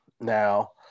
Now